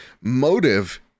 Motive